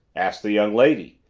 ask the young lady,